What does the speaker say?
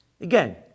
Again